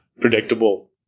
predictable